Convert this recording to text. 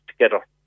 together